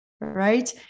right